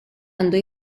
għandu